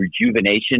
rejuvenation